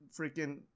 freaking